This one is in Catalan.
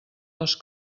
les